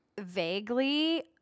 vaguely